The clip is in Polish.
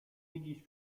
widzisz